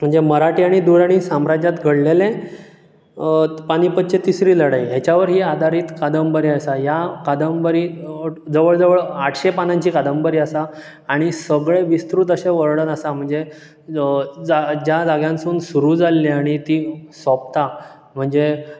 म्हणजे मराठी आनी दुरणी साम्राज्यांत घडलेलें पानीपतची तिसरी लढायी हाच्या वर ही आदारीत कादंबरी आसा ह्या कादंबरीक जवळ जवळ आठशें पानांची कादंबरी आसा आनी सगळें विस्तृत अशें वर्णन आसा म्हणजे ज्या जाग्यांसून सुरू जाल्ली आनी ती सोंपता म्हणजे